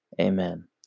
Amen